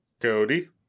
Cody